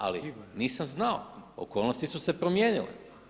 Ali nisam znao, okolnosti su se promijenile.